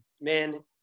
man